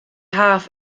haf